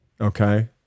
Okay